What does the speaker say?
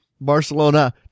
Barcelona